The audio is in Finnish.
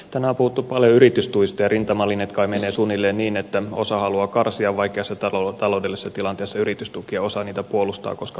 tänään on puhuttu paljon yritystuista ja rintamalinjat kai menevät suunnilleen niin että osa haluaa karsia vaikeassa taloudellisessa tilanteessa yritystukia osa niitä puolustaa koska pitää niitä tärkeinä